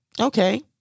okay